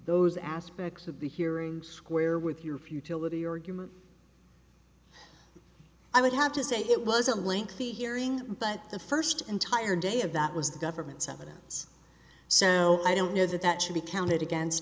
those aspects of the hearings square with your futility are human i would have to say it was a lengthy hearing but the first entire day of that was the government's evidence so i don't know that that should be counted against